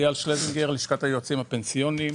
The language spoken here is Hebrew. אייל שלזינגר, לשכת היועצים הפנסיוניים.